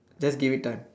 just give it time